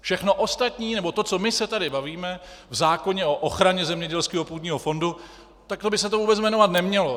Všechno ostatní nebo to, o čem my se tady bavíme v zákoně o ochraně zemědělského půdního fondu, takhle by se to vůbec jmenovat nemělo.